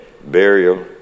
burial